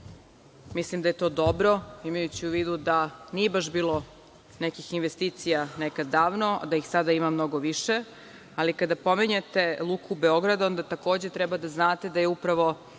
Mislim da je to dobro, imajući u vidu da nije baš bilo nekih investicija nekad davno, da ih sada ima mnogo više, ali kada pominjete Luku Beograd, onda treba da znate da je upravo